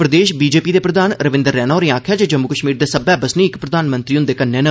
प्रदेश BJP दे प्रधान रविंदर रैना होरें आखेआ ऐ जे जम्मू कश्मीर दे सब्मै बसनीक प्रधानमंत्री हुंदे कन्नै न